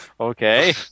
Okay